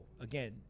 again